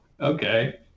Okay